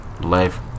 Life